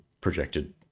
projected